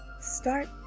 Start